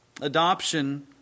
Adoption